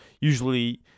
usually